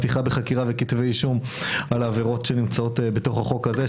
פתיחה בחקירה וכתבי אישום על עבירות שנמצאות בחוק הזה,